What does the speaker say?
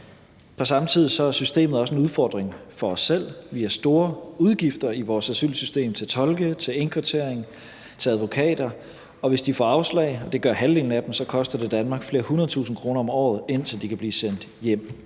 På samme tid er systemet også en udfordring for os selv. Vi har store udgifter i vores asylsystem til tolke, til indkvartering, til advokater, og hvis de får afslag, og det gør halvdelen af dem, koster det Danmark flere hundrede tusinde kroner om året, indtil de kan blive sendt hjem.